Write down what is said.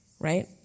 right